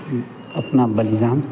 फिर अपना बलिदान